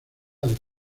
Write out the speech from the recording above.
del